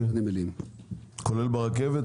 כולל ברכבת?